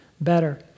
better